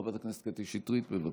חברת הכנסת קטי שטרית, בבקשה.